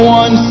one